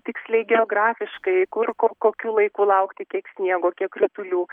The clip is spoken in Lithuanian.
tiksliai geografiškai kur kur kokiu laiku laukti kiek sniego kiek kritulių